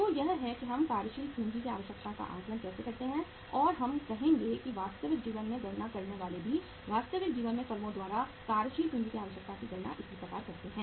तो यह है कि हम कार्यशील पूंजी की आवश्यकता का आकलन कैसे करते हैं और हम कहेंगे कि वास्तविक जीवन में गणना करने वाले भी वास्तविक जीवन में फर्मों द्वारा कार्यशील पूंजी की आवश्यकता की गणना इसी प्रकार करते हैं